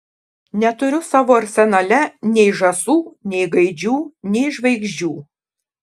neturiu savo arsenale nei žąsų nei gaidžių nei žvaigždžių